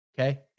Okay